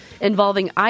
involving